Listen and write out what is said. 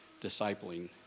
discipling